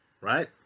right